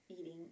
Eating